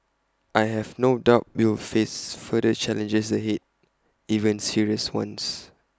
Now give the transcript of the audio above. I have no doubt we will face further challenges ahead even serious ones